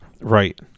Right